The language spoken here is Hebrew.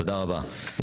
תודה רבה.